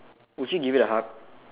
would you give it a hug